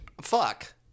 Fuck